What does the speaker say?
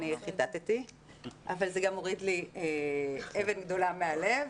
אני חיטטתי אבל זה גם הוריד לי אבן גדולה מהלב.